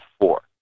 four